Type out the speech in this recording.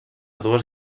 dues